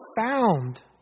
found